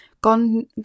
gone